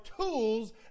tools